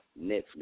Netflix